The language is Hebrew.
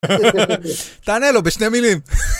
תענה לו בשתי מילים.